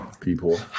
people